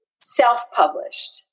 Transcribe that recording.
self-published